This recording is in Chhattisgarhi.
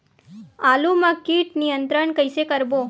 आलू मा कीट नियंत्रण कइसे करबो?